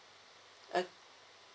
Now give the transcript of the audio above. uh